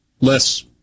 less